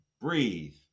Breathe